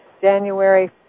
January